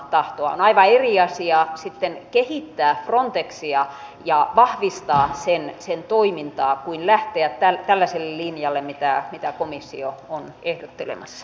on aivan eri asia sitten kehittää frontexia ja vahvistaa sen toimintaa kuin lähteä tällaiselle linjalle mitä komissio on ehdottelemassa